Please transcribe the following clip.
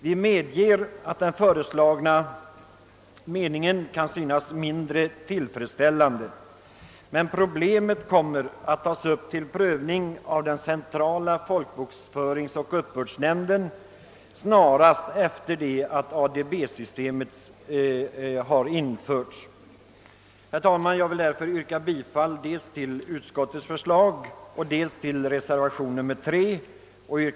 Vi medger att den föreslagna meningen kan synas mindre tillfredsställande, men problemet kommer att tas upp till prövning av centrala folkbokföringsoch uppbördsnämnden snarast efter ADB-systemets införande. Herr talman! Jag ber att få yrka bifall till utskottets hemställan på samtliga punkter utom punkten B, där jag hemställer om bifall till reservationen 3 av herr Einar Eriksson m.fl.